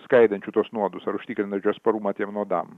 skaidančių tuos nuodus ar užtikrinančių atsparumą tiem nuodam